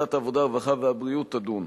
ועדת העבודה, הרווחה והבריאות תדון: